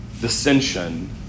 dissension